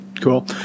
Cool